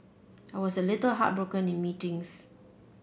I was a little heartbroken in meetings